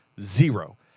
zero